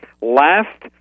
Last